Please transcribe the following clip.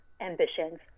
ambitions